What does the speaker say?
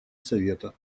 совета